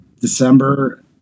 December